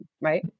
right